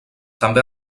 també